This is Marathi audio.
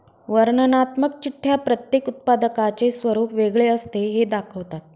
वर्णनात्मक चिठ्ठ्या प्रत्येक उत्पादकाचे स्वरूप वेगळे असते हे दाखवतात